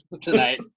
tonight